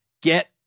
get